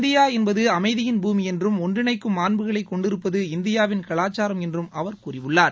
India என்பது அமைதியின் பூமி என்றும் ஒன்றிணைக்கும் மாண்புகளை கொண்டிருப்பது இந்தியாவின் கலாச்சாரம் என்றும் அவர் கூறியுள்ளார்